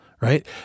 right